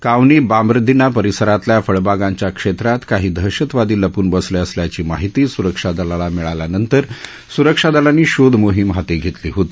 कावनी ब्राबंदिना परिसरातल्या फळबागांच्या क्षेत्रात काही दहशतवादी लपून बसले असल्याची माहिती सुरक्षा दलाला मिळाल्यानंतर सुरक्षा दलांनी शोधमोहीम हाती घेतली होती